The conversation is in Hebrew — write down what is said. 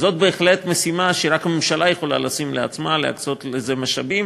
זאת בהחלט משימה שרק הממשלה יכולה לשים לעצמה ולהקצות לזה משאבים,